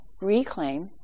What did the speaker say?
reclaim